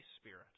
Spirit